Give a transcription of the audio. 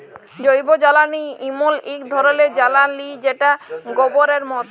জৈবজ্বালালি এমল এক ধরলের জ্বালালিযেটা গবরের মত